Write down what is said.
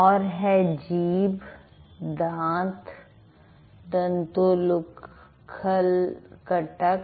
और है जीभ दांत दंतोलूखल कटक